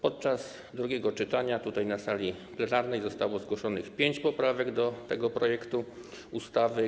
Podczas drugiego czytania tutaj na sali plenarnej zostało zgłoszonych pięć poprawek do tego projektu ustawy.